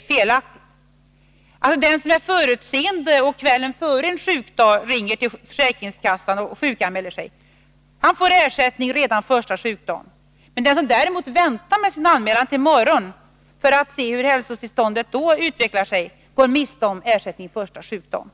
felaktigt. Den som är förutseende och kvällen före sjukdagen ringer till försäkringskassan och sjukanmäler sig får ersättning redan första sjukdagen. Den som däremot väntar med sin anmälan till morgondagen för att se hur hälsotillståndet då utvecklat sig går miste om ersättningen första sjukdagen.